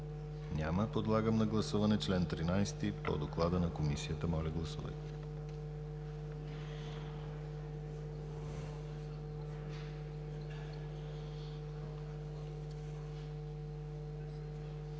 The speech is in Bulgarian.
Няма. Подлагам на гласуване чл. 48 по доклада на Комисията. Гласували